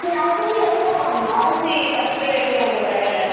சரி அரிசி எவ்வளோ மேம் அரிசி பத்து கிலோ எவ்வளோ உங்கள் கடையில்